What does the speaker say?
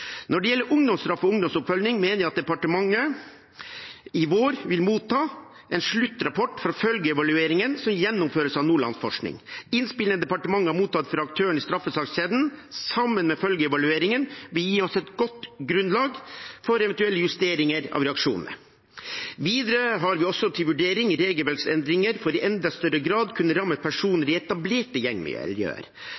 Når det gjelder ungdomsstraff og ungdomsoppfølging, mener jeg at departementet i vår vil motta en sluttrapport fra følgeevalueringen som gjennomføres av Nordlandsforskning. Innspillene departementet har mottatt fra aktørene i straffesakskjeden, sammen med følgeevalueringen, vil gi oss et godt grunnlag for eventuelle justeringer av reaksjonene. Videre har vi også til vurdering regelverksendringer for i enda større grad å kunne ramme